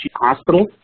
hospital